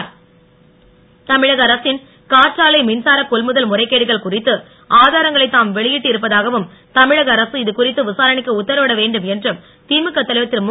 ஸ்டாலின் தமிழக அரசின் காற்றாலை மின்சாரக் கொள்முதல் முறைகேடுகள் குறித்து ஆதாரங்களை தாம் வெளியிட்டு இருப்பதாகவும் தமிழக அரசு இது குறித்து விசாரணைக்கு உத்தரவிடவேண்டும் என்றும் திமுக தலைவர் திரு மு